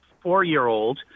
four-year-old